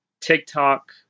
TikTok